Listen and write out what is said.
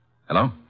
Hello